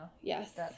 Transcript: Yes